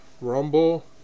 Rumble